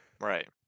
Right